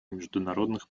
международных